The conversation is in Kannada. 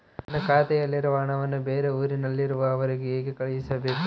ನನ್ನ ಖಾತೆಯಲ್ಲಿರುವ ಹಣವನ್ನು ಬೇರೆ ಊರಿನಲ್ಲಿರುವ ಅವರಿಗೆ ಹೇಗೆ ಕಳಿಸಬೇಕು?